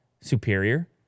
superior